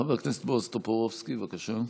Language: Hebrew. חבר הכנסת בועז טופורובסקי, בבקשה.